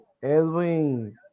Edwin